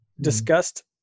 discussed